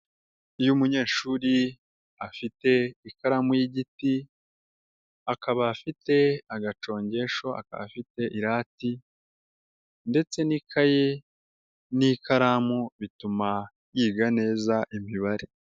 Iyo umunyeshuri afite ikaramu y'igiti, akaba afite agacongesho, akaba afite irati ndetse n'ikaye n'ikaramu bituma yiga neza imibare.